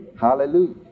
Hallelujah